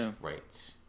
right